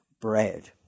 bread